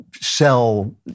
sell